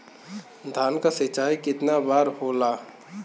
धान क सिंचाई कितना बार होला?